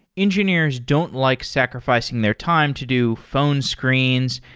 engineers don't like sacrifi cing their time to do phone screens,